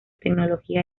tecnología